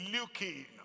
Looking